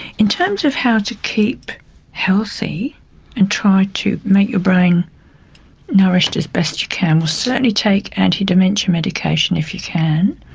in terms of how to keep healthy and try to make your brain nourished as best you can, certainly take anti-dementia medication if you can.